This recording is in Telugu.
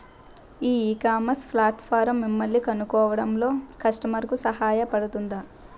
ఈ ఇకామర్స్ ప్లాట్ఫారమ్ మిమ్మల్ని కనుగొనడంలో కస్టమర్లకు సహాయపడుతుందా?